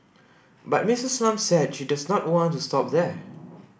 but Missis Lam said she does not want to stop there